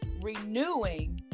renewing